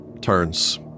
Turns